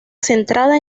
centrada